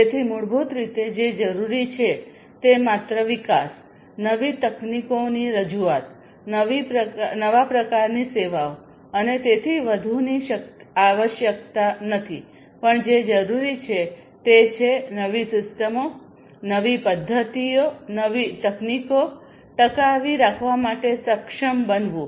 તેથી મૂળભૂત રીતે જે જરૂરી છે તે માત્ર વિકાસ નવી તકનીકોની રજૂઆત નવી પ્રકારની સેવાઓ અને તેથી વધુની આવશ્યકતા નથી પણ જે જરૂરી છે તે છે નવી સિસ્ટમો નવી પદ્ધતિઓ નવી તકનીકો ટકાવી રાખવા માટે સક્ષમ બનવું